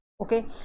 okay